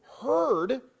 heard